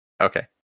Okay